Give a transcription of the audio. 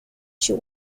she